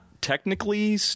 technically